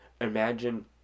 imagine